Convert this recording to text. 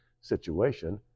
situation